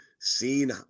seen